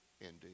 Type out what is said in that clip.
indeed